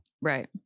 Right